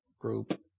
group